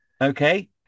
okay